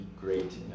great